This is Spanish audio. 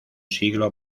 siglo